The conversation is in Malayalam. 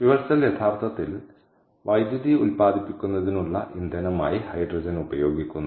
ഫ്യുവൽ സെൽ യഥാർത്ഥത്തിൽ വൈദ്യുതി ഉൽപ്പാദിപ്പിക്കുന്നതിനുള്ള ഇന്ധനമായി ഹൈഡ്രജൻ ഉപയോഗിക്കുന്നു